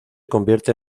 convierte